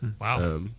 Wow